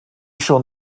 schon